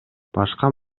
башка